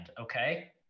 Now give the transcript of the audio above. okay